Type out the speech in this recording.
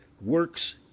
works